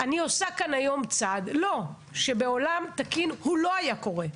אני עושה כאן היום צעד שבעולם תקין הוא לא היה קורה.